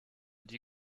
die